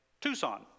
Tucson